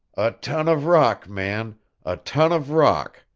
a ton of rock, man a ton of rock,